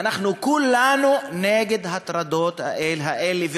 ואנחנו כולנו נגד ההטרדות האלה,